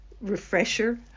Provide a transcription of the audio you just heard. refresher